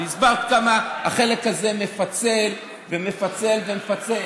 והסברת כמה החלק הזה מפצל ומפצל ומפצל,